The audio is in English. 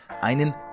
einen